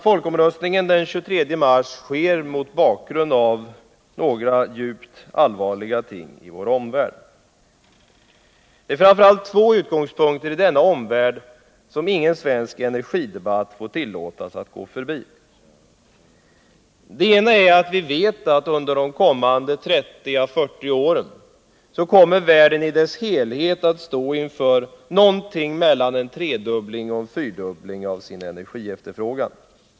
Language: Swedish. Folkomröstningen den 23 mars sker mot bakgrund av några djupt allvarliga ting i vår omvärld. Det är framför allt två utgångspunkter i denna omvärld som ingen svensk energidebatt får tillåtas gå förbi. Den ena är att vi vet att världen i sin helhet under de kommande 30-40 åren kommer att stå inför någonting mellan en tredubbling och en fyrdubbling av sin energiefterfrågan.